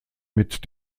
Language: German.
mit